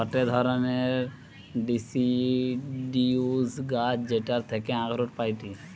গটে ধরণের ডিসিডিউস গাছ যেটার থাকি আখরোট পাইটি